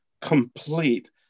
complete